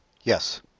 Yes